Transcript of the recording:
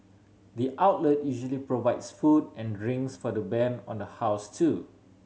the outlet usually provides food and drinks for the band on the house too